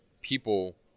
people